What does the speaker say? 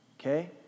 okay